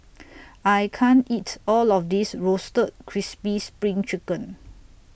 I can't eat All of This Roasted Crispy SPRING Chicken